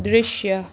दृश्य